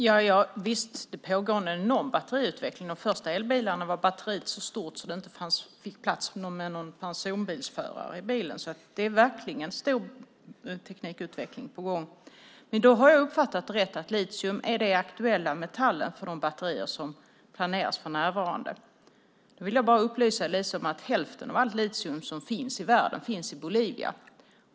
Herr talman! Visst pågår det en enorm batteriutveckling. I de första elbilarna var batteriet så stort att det inte fanns plats för någon förare i bilen. Men om jag har uppfattat det rätt är det litium som är den aktuella metallen för de batterier som planeras för närvarande. Då vill jag upplysa Eliza om att hälften av allt litium som finns i världen finns i Bolivia.